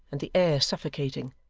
and the air suffocating,